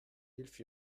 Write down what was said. hilf